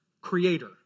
creator